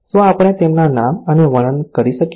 શું આપણે તેમના નામ અને વર્ણન કરી શકીએ